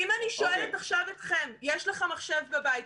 אם אני שואלת עכשיו אתכם: יש לכם מחשב בבית?